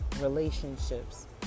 relationships